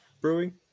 brewing